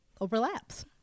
overlaps